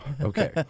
Okay